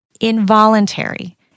Involuntary